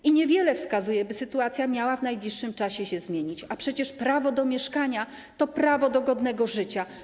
I niewiele wskazuje, by sytuacja miała w najbliższym czasie się zmienić, a przecież prawo do mieszkania to prawo do godnego życia.